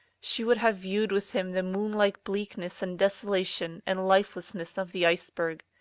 she would have viewed with him the moon-like bleakness and desolation and lifelessness of the iceberg.